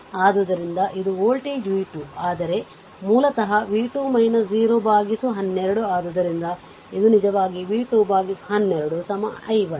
ಆದ್ದರಿಂದ ಇದು voltage v 2 ಆದರೆ ಮೂಲತಃ v 2 0 12 ಆದ್ದರಿಂದ ಇದು ನಿಜವಾಗಿ v 2 12 i 1